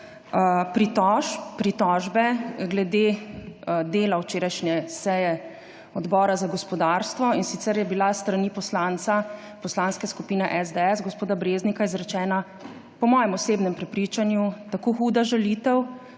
pritožbe glede dela včerajšnje seje Odbora za gospodarstvo, in sicer je bila s strani poslanca Poslanske skupine SDS gospoda Breznika izrečena po mojem osebnem prepričanju tako huda žalitev